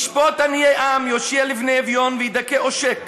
ישפט עניי עם, יושיע לבני אביון וידכא עושק.